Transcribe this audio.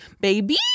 baby